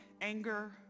anger